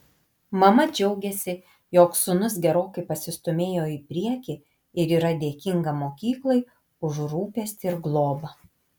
mama džiaugiasi jog sūnus gerokai pasistūmėjo į priekį ir yra dėkinga mokyklai už rūpestį ir globą